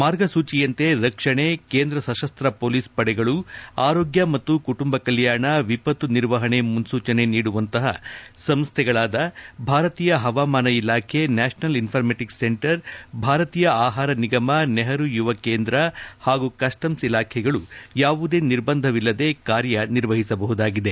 ಮಾರ್ಗಸೂಚಿಯಂತೆ ರಕ್ಷಣೆ ಕೆಂದ್ರ ಸಶಸ್ತ ಪೊಲೀಸ್ ಪಡೆಗಳು ಆರೋಗ್ಯ ಮತ್ತು ಕುಟುಂಬ ಕಲ್ಡಾಣ ವಿಪತ್ತು ನಿರ್ವಹಣೆ ಮುನ್ಲೂಚನೆ ನೀಡುವಂತಹ ಸಂಸ್ಥೆಗಳಾದ ಭಾರತೀಯ ಹವಾಮಾನ ಇಲಾಖೆ ನ್ಯಾಷನಲ್ ಇನ್ಫಾರ್ನೆಟಿಕ್ಸ್ ಸೆಂಟರ್ ಭಾರತೀಯ ಆಹಾರ ನಿಗಮ ನೆಹರು ಯುವ ಕೇಂದ್ರ ಹಾಗೂ ಕಸ್ಸಮ್ಸ್ ಇಲಾಖೆಗಳು ಯಾವುದೇ ನಿರ್ಬಂಧವಿಲ್ಲದೆ ಕಾರ್ಯ ನಿರ್ವಹಿಸಬಹುದಾಗಿದೆ